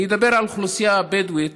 אני אדבר על האוכלוסייה הבדואית